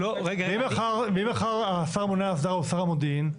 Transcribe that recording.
ואם מחר השר הממונה על ההסדרה הוא שר המודיעין?